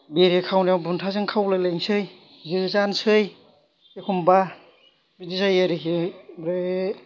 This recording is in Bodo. बेरे खावनायाव बुन्थाजों खावलायलायनोसै जोजानोसै एखमब्ला बिदि जायो आरोखि ओमफ्राय